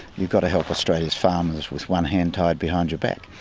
you've got to help australia's farmers with one hand tied behind your back.